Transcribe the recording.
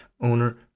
owner